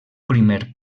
primer